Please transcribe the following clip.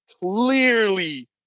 clearly